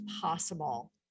possible